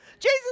Jesus